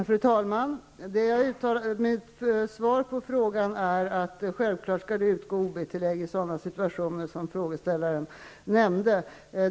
Fru talman! Svaret på frågan är att det självfallet skall utgå OB-tillägg i sådana situationer som frågeställaren nämnde.